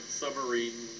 submarine